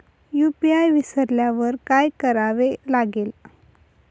UPI विसरल्यावर काय करावे लागेल?